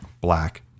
black